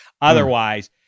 Otherwise